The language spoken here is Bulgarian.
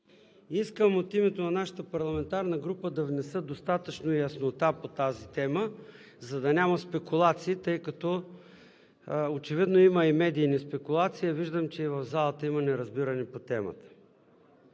Искам от името на нашата парламентарна група да внеса достатъчно яснота по тази тема, за да няма спекулации, тъй като очевидно има и медийни спекулации, а виждам, че и в залата има неразбиране по темата.